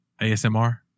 ASMR